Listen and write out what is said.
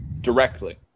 directly